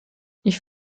ich